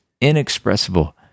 inexpressible